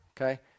okay